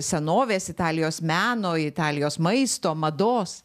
senovės italijos meno italijos maisto mados